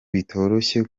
bitoroshye